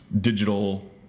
digital